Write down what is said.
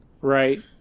Right